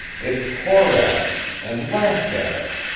it tore at us, and lashed at us.